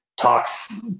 talks